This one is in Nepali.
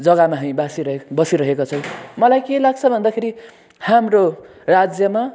जग्गामा हामी बसिरहेको छौँ मलाई के लाग्छ भन्दाखेरि हाम्रो राज्यमा